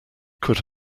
could